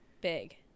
Big